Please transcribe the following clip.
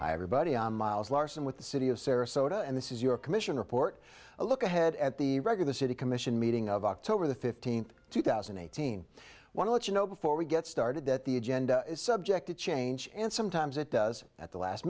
hi everybody i'm miles larsen with the city of sarasota and this is your commission report a look ahead at the regular city commission meeting of october the fifteenth two thousand and eighteen one of the you know before we get started that the agenda is subject to change and sometimes it does at the last